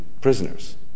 prisoners